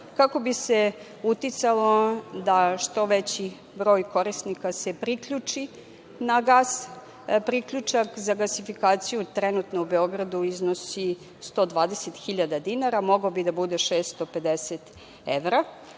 kako bi se uticalo da što veći broj korisnika priključi na gas. Priključak za gasifikaciju trenutno u Beogradu iznosi 120 hiljada dinara, mogao bi da bude 650 evra,